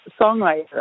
songwriter